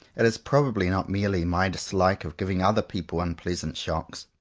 it is probably not merely my dislike of giving other people unpleasant shocks,